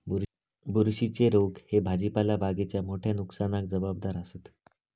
बुरशीच्ये रोग ह्ये भाजीपाला बागेच्या मोठ्या नुकसानाक जबाबदार आसत